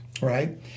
right